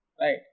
right